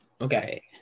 Okay